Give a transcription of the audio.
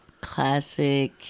classic